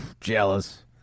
Jealous